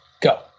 Go